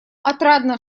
отрадно